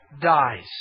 dies